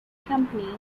company